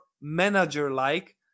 manager-like